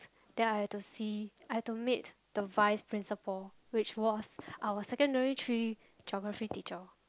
then I have to see I have to meet the vice principle which was our secondary three geography teacher